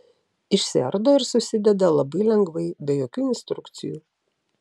išsiardo ir susideda labai lengvai be jokių instrukcijų